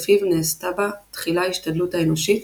לפיו נעשתה בה תחילה ההשתדלות האנושית,